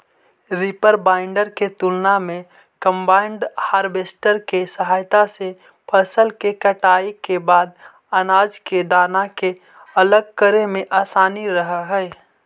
reaper binder के तुलना में कम्बाइन हार्वेस्टर के सहायता से फसल के कटाई के बाद अनाज के दाना के अलग करे में असानी रहऽ हई